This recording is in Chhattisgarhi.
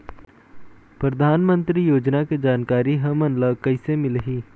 परधानमंतरी योजना के जानकारी हमन ल कइसे मिलही?